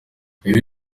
ibi